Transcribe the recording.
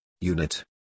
Unit